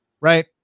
right